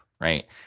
right